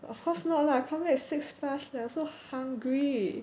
of course not lah I come back like six past 了 so hungry